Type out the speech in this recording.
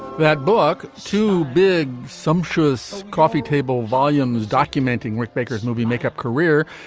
that book too big sumptuous coffee table volumes documenting work makers movie makeup career.